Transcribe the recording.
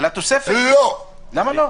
למה לא?